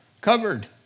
covered